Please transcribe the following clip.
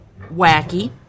wacky